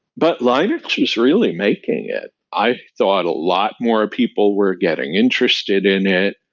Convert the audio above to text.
but linux really making it. i thought a lot more people were getting interested in it.